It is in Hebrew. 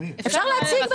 אפשר להציג.